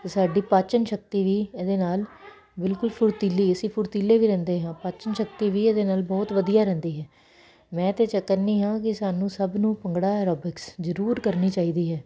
ਅਤੇ ਸਾਡੀ ਪਾਚਨ ਸ਼ਕਤੀ ਵੀ ਇਹਦੇ ਨਾਲ ਬਿਲਕੁਲ ਫੁਰਤੀਲੀ ਅਸੀਂ ਫੁਰਤੀਲੇ ਵੀ ਰਹਿੰਦੇ ਹਾਂ ਪਾਚਨ ਸ਼ਕਤੀ ਵੀ ਇਹਦੇ ਨਾਲ ਬਹੁਤ ਵਧੀਆ ਰਹਿੰਦੀ ਹੈ ਮੈਂ ਤਾਂ ਚ ਕਹਿੰਦੀ ਹਾਂ ਕਿ ਸਾਨੂੰ ਸਭ ਨੂੰ ਭੰਗੜਾ ਐਰੋਬਿਕਸ ਜ਼ਰੂਰ ਕਰਨੀ ਚਾਹੀਦੀ ਹੈ